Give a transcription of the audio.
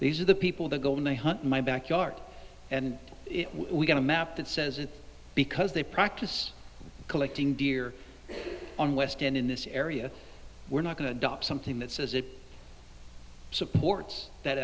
these are the people that go in a hunt in my backyard and we got a map that says it's because they practice collecting deer on west and in this area we're not going to drop something that says it supports that